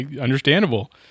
understandable